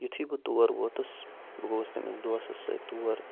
یُتھٕے بہٕ تور ووتُس بہٕ گوٚوُس تٔمِس دوسَس سۭتۍ تور